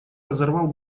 разорвал